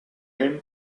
him